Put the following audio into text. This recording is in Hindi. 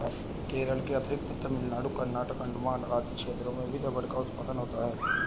केरल के अतिरिक्त तमिलनाडु, कर्नाटक, अण्डमान आदि क्षेत्रों में भी रबर उत्पादन होता है